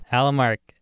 Alamark